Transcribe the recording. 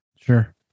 Sure